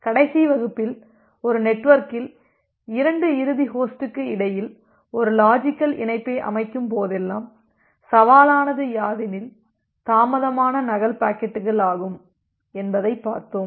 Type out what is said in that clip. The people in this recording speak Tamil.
கடைசி வகுப்பில் ஒரு நெட்வொர்க்கில் 2 இறுதி ஹோஸ்டுக்கு இடையில் ஒரு லாஜிக்கல் இணைப்பை அமைக்கும் போதெல்லாம் சவாலானது யாதெனில் தாமதமான நகல் பாக்கெட்டுகள் ஆகும் என்பதை பார்த்தோம்